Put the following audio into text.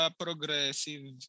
progressive